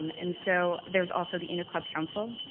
um and so there is also the inter-club council.